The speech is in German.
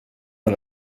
man